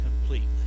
completely